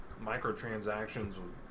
microtransactions